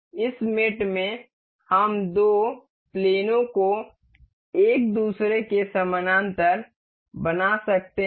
इस मेट में हम दो प्लेनों को एक दूसरे के समानांतर बना सकते हैं